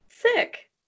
sick